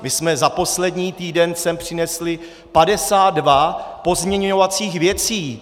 My jsme sem za poslední týden přinesli 52 pozměňovacích věcí.